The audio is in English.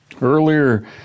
Earlier